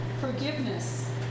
forgiveness